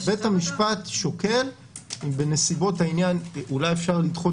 בית המשפט שוקל בנסיבות העניין אם אפשר לדחות